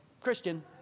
Christian